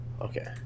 Okay